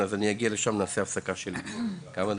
נעשה הפסקה של כמה דקות.